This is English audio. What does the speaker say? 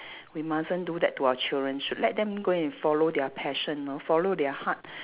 we mustn't do that to our children should let them go and follow their passion lor follow their heart